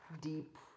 deep